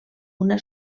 una